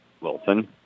Wilson